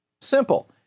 Simple